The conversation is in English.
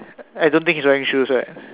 I don't think he's wearing shoes right